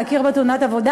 להכיר בה כתאונת עבודה,